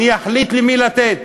אני אחליט למי לתת,